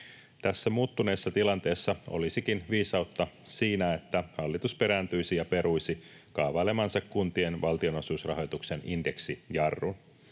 Tässä muuttuneessa tilanteessa olisikin viisautta siinä, että hallitus perääntyisi ja peruisi kaavailemansa kuntien valtionosuusrahoituksen indeksijarrun.